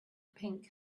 pink